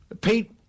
Pete